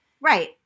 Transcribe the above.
Right